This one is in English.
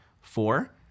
four